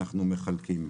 אנחנו מחלקים.